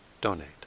donate